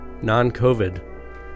Non-COVID